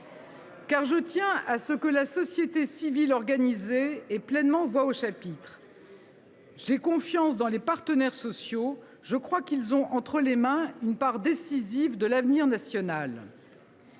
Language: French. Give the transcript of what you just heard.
en effet à ce que la société civile organisée ait pleinement voix au chapitre. J’ai confiance dans les partenaires sociaux. Je crois qu’ils ont entre les mains une part décisive de l’avenir national.